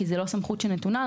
כי זאת לא סמכות שנתונה לה.